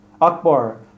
Akbar